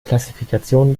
klassifikation